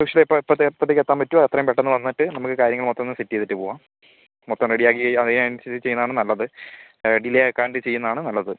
usually അപ്പോൾ എപ്പത്തേ എപ്പത്തേക്കെത്താൻ പറ്റുവോ അത്രയും പെട്ടെന്ന് വന്നിട്ട് നമക്ക് കാര്യങ്ങള് മൊത്തോന്ന് സെറ്റ് ചെയ്തിട്ട് പൂവാം മൊത്തം റെഡി ആയെങ്കിൽ അതിനനുസരിച്ച് ചെയ്യുന്നതാണ് നല്ലത് ഡിലേ ആക്കാണ്ട് ചെയ്യുന്നതാണ് നല്ലത്